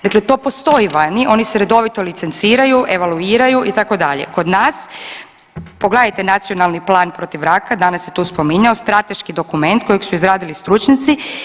Dakle, to postoji vani, oni se redovito licenciraju, evaluiraju itd., kod nas pogledajte Nacionalni plan protiv raka, danas se tu spominjao, strateški dokument kojeg su izradili stručnjaci.